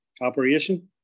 operation